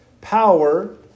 power